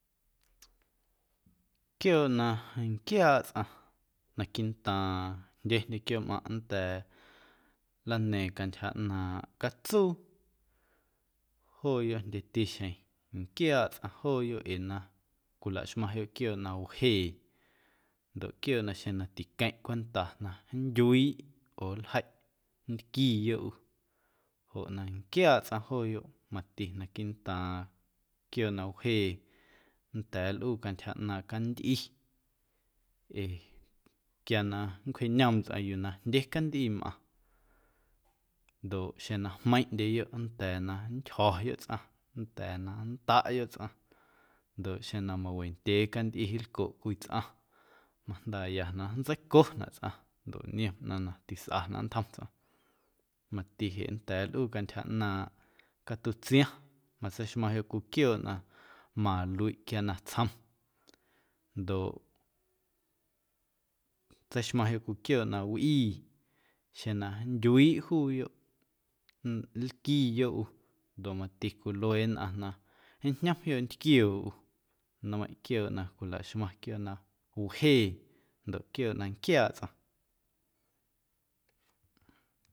Quiooꞌ na nquiaaꞌ tsꞌaⁿ naquiiꞌ ntaaⁿ jndyendye quiooꞌmꞌaⁿꞌ nnda̱a̱ nlana̱a̱ⁿ cantyja ꞌnaaⁿꞌ catsuu jooyoꞌ jndyeti xjeⁿ nquiaaꞌ tsꞌaⁿ jooyoꞌ ee na cwilaxmaⁿyoꞌ quiooꞌ na wjee ndoꞌ quiooꞌ na xjeⁿ na tiqueⁿꞌ cwenta na nndyuiiꞌ oo nljeiꞌ nntquiiyoꞌ ꞌu joꞌ na nquiaaꞌ tsꞌaⁿ jooyoꞌ mati naquiiꞌ ntaaⁿ quiooꞌ na wjee nnda̱a̱ nlꞌuu antyja ꞌnaaⁿ candꞌi ee quia na nncwjeꞌñoom tsꞌaⁿ yuu na jndye candꞌi mꞌaⁿ ndoꞌ xeⁿ na jmeiⁿꞌndyeyoꞌ nnda̱a̱ na nntyjo̱yoꞌ tsꞌaⁿ, nnda̱a̱ na nntaꞌyoꞌ tsꞌaⁿ ndoꞌ xeⁿ na mawendyee candꞌi nlcoꞌ cwii tsꞌaⁿ majndaaꞌya na nntseiconaꞌ tsꞌaⁿ ndoꞌ niom ꞌnaⁿ na tsꞌa na nntjom tsꞌaⁿ mati jeꞌ nnda̱a̱ nlꞌuu cantyja ꞌnaaⁿꞌ catutsiaⁿ matseixmaⁿyoꞌ cwii quiooꞌ na maluiꞌ quia natsjom ndoꞌ tseixmaⁿyoꞌ cwii quiooꞌ na wꞌii xeⁿ na ndyuiiꞌ juuyoꞌ nlquiiyoꞌ ꞌu ndoꞌ mati cwilue nnꞌaⁿ na ñjñomyoꞌ ntquioo ꞌu nmeiⁿꞌ quiooꞌ na cwilaxmaⁿ quiooꞌ na wjee ndoꞌ quiooꞌ na nquiaaꞌ tsꞌaⁿ.